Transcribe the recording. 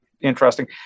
interesting